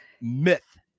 myth